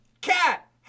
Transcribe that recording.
cat